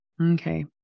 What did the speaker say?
Okay